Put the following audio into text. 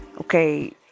Okay